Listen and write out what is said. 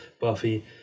Buffy